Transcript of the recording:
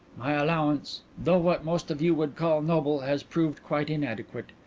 my allowance, though what most of you would call noble, has proved quite inadequate.